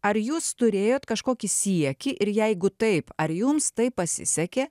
ar jūs turėjot kažkokį siekį ir jeigu taip ar jums taip pasisekė